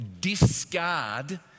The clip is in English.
discard